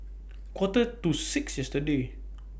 Quarter to six yesterday